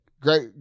Great